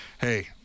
Hey